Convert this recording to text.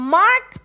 mark